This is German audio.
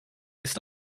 ist